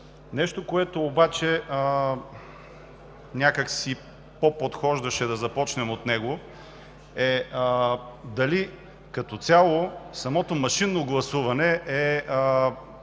Нещо, което обаче някак си по-подхождаше да започнем с него, е дали като цяло самото машинно гласуване е,